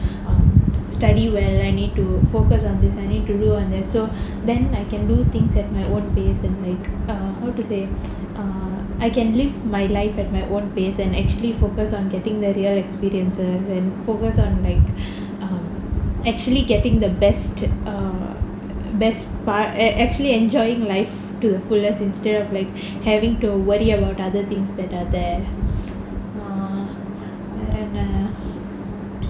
study well I need to focus on this I need to do all this so then I can do things at my own pace then like err how to say err I can live my life at my own pace and actually focus on getting the real experiences and focus on like um actually getting the best err best part and actually enjoying life to the fullest instead of like having to worry about other things that are there err and err